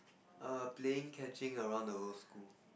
err playing catching around the whole school